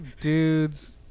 dudes